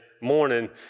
morning